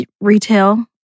retail